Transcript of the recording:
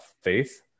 faith